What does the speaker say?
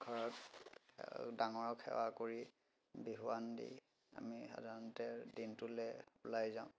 ঘৰত ডাঙৰক সেৱা কৰি বিহুৱান দি আমি সাধাৰণতে দিনটোলৈ ওলাই যাওঁ